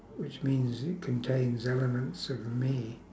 which means it contains elements of me